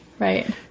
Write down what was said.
Right